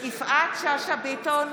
יפעת שאשא ביטון,